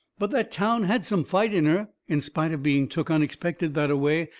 but that town had some fight in her, in spite of being took unexpected that-a-way.